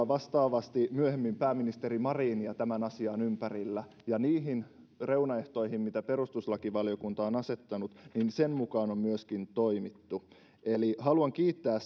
vastaavasti myöhemmin pääministeri marinia tämän asian ympärillä ja niiden reunaehtojen mitä perustuslakivaliokunta on on asettanut mukaan on myöskin toimittu eli haluan kiittää